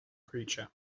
creature